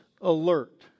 alert